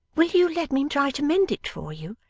will you let me try to mend it for you?